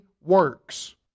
works